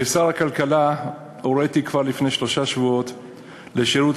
כשר הכלכלה הוריתי כבר לפני שלושה שבועות לשירות